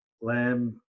lamb